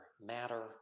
matter